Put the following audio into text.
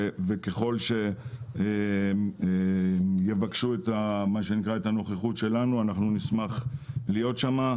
וככול שיבקשו את הנוכחות שלנו, נשמח להיות שם.